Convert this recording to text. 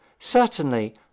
Certainly